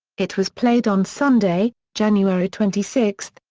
it was played on sunday, january twenty six,